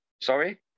Sorry